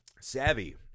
Savvy